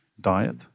diet